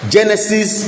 Genesis